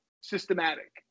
systematic